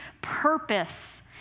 purpose